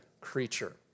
creature